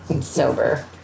sober